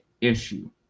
issue